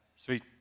Sweet